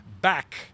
back